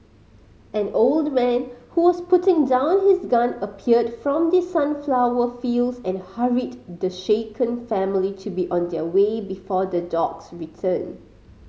an old man who was putting down his gun appeared from the sunflower fields and hurried the shaken family to be on their way before the dogs return